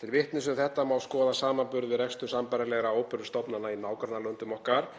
Til vitnis um þetta má skoða samanburð við rekstur sambærilegra opinberra stofnana í nágrannalöndum okkar.